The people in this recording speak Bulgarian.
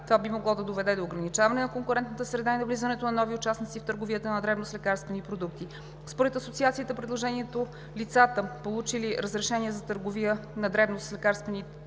Това би могло да доведе до ограничаване на конкурентната среда и навлизането на нови участници в търговията на дребно с лекарствени продукти. Според Асоциацията предложението лицата, получили разрешение за търговия на дребно с лекарствени продукти,